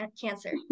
Cancer